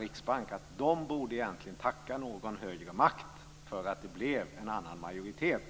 Riksbanken borde egentligen tacka någon högre makt för att det blev en annan majoritet.